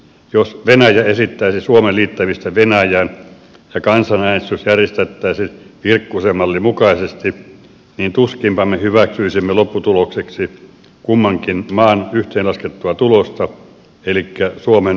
jos venäjä esittäisi suomen liittämistä venäjään ja kansanäänestys järjestettäisiin virkkusen mallin mukaisesti niin tuskinpa me hyväksyisimme lopputulokseksi kummankin maan yhteenlaskettua tulosta elikkä suomen venäjään liittämistä